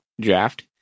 draft